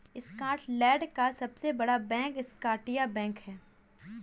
Scotland का सबसे बड़ा बैंक स्कॉटिया बैंक है